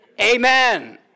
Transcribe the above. Amen